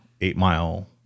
eight-mile